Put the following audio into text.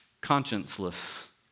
conscienceless